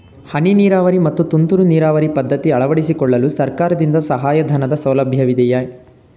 ಹನಿ ನೀರಾವರಿ ಮತ್ತು ತುಂತುರು ನೀರಾವರಿ ಪದ್ಧತಿ ಅಳವಡಿಸಿಕೊಳ್ಳಲು ಸರ್ಕಾರದಿಂದ ಸಹಾಯಧನದ ಸೌಲಭ್ಯವಿದೆಯೇ?